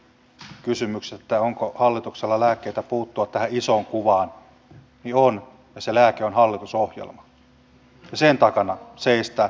jos lähdetään nyt tästä edustaja kallin kysymyksestä onko hallituksella lääkkeitä puuttua tähän isoon kuvaan niin on ja se lääke on hallitusohjelma ja sen takana seistään